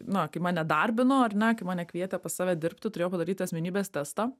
na kai mane darbino ar ne kai mane kvietė pas save dirbti turėjau padaryti asmenybės testą